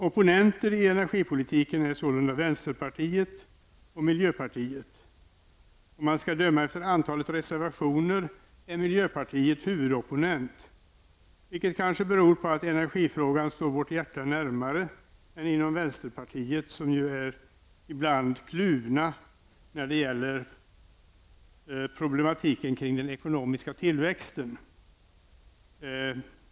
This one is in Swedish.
Opponenter i energipolitiken är sålunda vänsterpartiet och miljöpartiet. Om man skall döma efter antalet reservationer är miljöpartiet huvudopponent, vilket kanske beror på att energifrågan står vårt hjärta närmare än inom vänsterpartiet, som ju ibland är kluvet när det gäller problematiken kring den ekonomiska tillväxten.